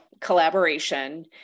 collaboration